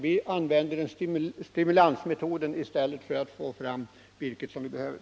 Vi villi stället använda stimulansmetoden för att få fram det virke som behövs.